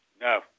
No